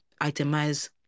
itemize